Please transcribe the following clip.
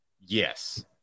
Yes